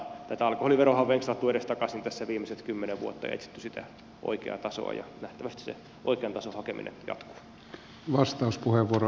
tätä alkoholiveroahan on venkslattu edestakaisin tässä viimeiset kymmenen vuotta ja etsitty sitä oikeaa tasoa ja nähtävästi se oikean tason hakeminen jatkuu